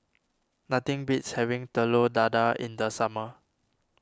nothing beats having Telur Dadah in the summer